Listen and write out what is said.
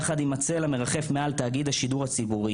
יחד עם הצל המרחף מעל תאגיד השידור הציבורי,